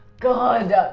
God